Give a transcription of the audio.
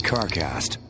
CarCast